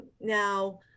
now